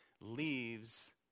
leaves